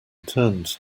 turned